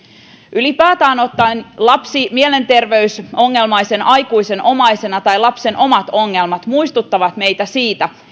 ylipäätään ottaen lapsi mielenterveysongelmaisen aikuisen omaisena tai lapsen omat ongelmat muistuttavat meitä siitä